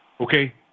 okay